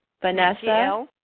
Vanessa